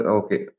okay